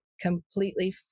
completely